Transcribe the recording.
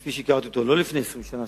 כפי שהכרתי אותו לא לפני 20 שנה,